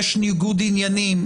יש ניגוד עניינים,